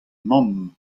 mamm